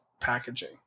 packaging